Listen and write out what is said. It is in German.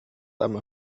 einmal